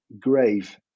grave